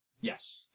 yes